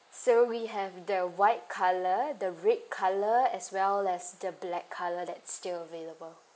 so we have the white color the red color as well as the black color that's still available